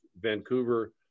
Vancouver